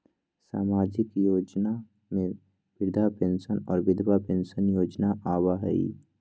सामाजिक योजना में वृद्धा पेंसन और विधवा पेंसन योजना आबह ई?